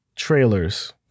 trailers